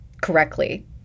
correctly